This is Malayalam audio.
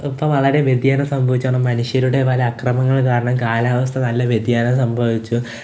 ഇപ്പം വളരെ വ്യതിയാനം സംഭവിച്ചാണ് മനുഷ്യരുടെ പല അക്രമങ്ങള് കാരണം കാലാവസ്ഥ നല്ല വ്യതിയാനം സംഭവിച്ചു